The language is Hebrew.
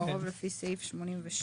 קרוב לפי סעיף 88,